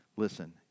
Listen